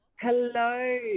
Hello